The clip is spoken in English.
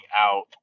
out